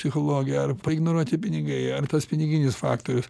psichologija ar paignoruoti pinigai ar tas piniginis faktorius